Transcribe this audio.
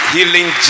Healing